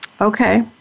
Okay